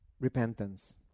Repentance